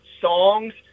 songs